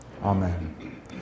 Amen